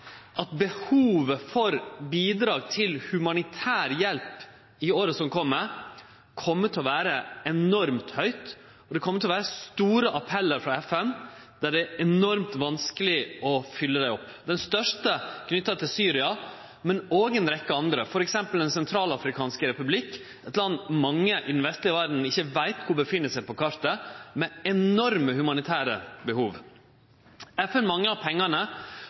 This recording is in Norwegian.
at behovet for bidrag til humanitær hjelp i åra som kjem, kjem til å vere enormt høgt. Det kjem til å vere store appellar frå FN der det er enormt vanskeleg å fylle dei opp, den største knytt til Syria, men òg til ei rekkje andre land, f.eks. Den sentralafrikanske republikken, eit land mange i den vestlege verda ikkje veit kvar finst på kartet, men med enorme humanitære behov. FN manglar pengane.